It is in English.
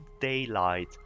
daylight